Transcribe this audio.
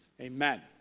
Amen